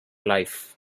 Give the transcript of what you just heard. life